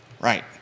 right